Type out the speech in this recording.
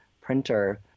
printer